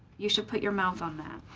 you should put your mouth on that.